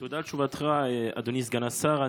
על תשובתך, אדוני סגן השר.